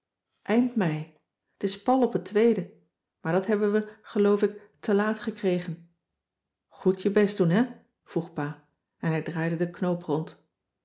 eind mei t is pal op het tweede maar dat hebben we geloof ik te laat gekregen goed je best doen hè vroeg pa en hij draaide den knoop rond